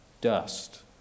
dust